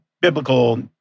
biblical